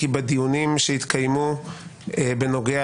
כי בדיונים שהתקיימו בנוגע